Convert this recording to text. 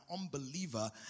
unbeliever